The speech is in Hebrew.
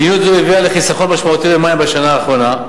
מדיניות זו הביאה לחיסכון משמעותי במים בשנה האחרונה.